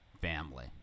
family